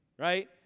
right